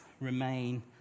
remain